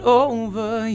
over